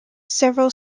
several